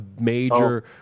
major